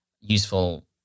useful